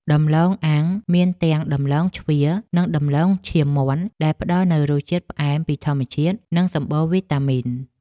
ដំឡូងអាំងមានទាំងដំឡូងជ្វានិងដំឡូងឈាមមាន់ដែលផ្តល់នូវរសជាតិផ្អែមពីធម្មជាតិនិងសម្បូរវីតាមីន។